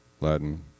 Latin